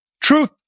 truth